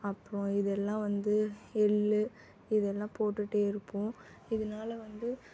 அப்புறம் இதெல்லாம் வந்து எள் இதெல்லாம் போட்டுகிட்டே இருப்போம் இதனால வந்து